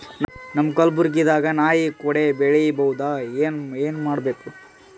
ನಮ್ಮ ಕಲಬುರ್ಗಿ ದಾಗ ನಾಯಿ ಕೊಡೆ ಬೆಳಿ ಬಹುದಾ, ಏನ ಏನ್ ಮಾಡಬೇಕು?